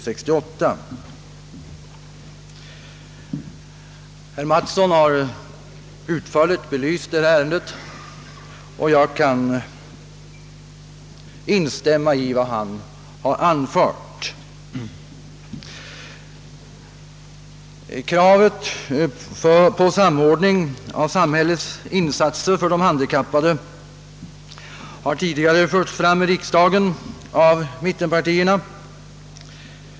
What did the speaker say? Herr Mattsson har utförligt belyst denna sak, och jag kan instämma i vad han har anfört. insatser för de handikappade har tidigare förts fram i riksdagen av mittenpartierna.